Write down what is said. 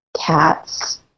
cats